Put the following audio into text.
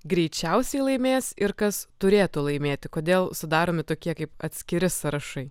greičiausiai laimės ir kas turėtų laimėti kodėl sudaromi tokie kaip atskiri sąrašai